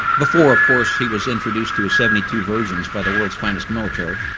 before of course he was introduced to seventy two versions by the world's finest military,